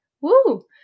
Woo